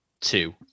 Two